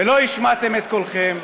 ולא השמעתם את קולכם,